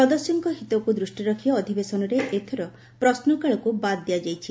ସଦସ୍ୟଙ୍କ ହିତକୁ ଦୂଷିରେ ରଖି ଅଧିବେଶନରେ ଏଥର ପ୍ରଶ୍ରକାଳକୁ ବାଦ୍ ଦିଆଯାଇଛି